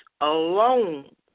alone